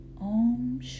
Om